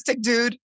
dude